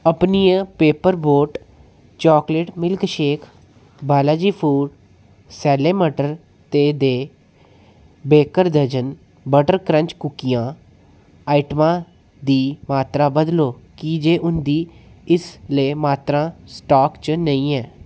अपनियें Paper Boat chocolate milkshake Balaji foods सैल्ले मटर ते दे बेकर डज़न बटर क्रंच कुकियां आइटमां दी मात्तरा बदलो की जे उं'दी इसलै मात्तरा स्टाक च नेईं ऐ